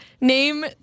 name